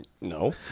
No